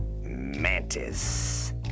Mantis